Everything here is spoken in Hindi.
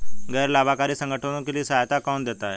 गैर लाभकारी संगठनों के लिए सहायता कौन देता है?